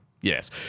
Yes